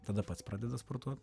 tada pats pradeda sportuot